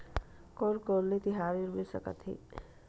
कोन कोन ले तिहार ऋण मिल सकथे?